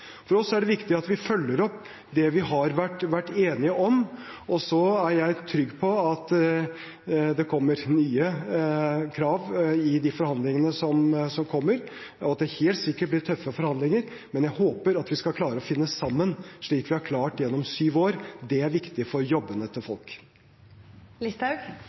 For oss er det viktig at vi følger opp det vi har vært enige om. Jeg er trygg på at det kommer nye krav i de forhandlingene som kommer, og at det helt sikkert blir tøffe forhandlinger, men jeg håper at vi skal klare å finne sammen, slik vi har klart gjennom syv år. Det er viktig for jobbene til